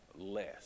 less